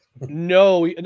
No